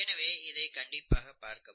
எனவே இதை கண்டிப்பாக பார்க்கவும்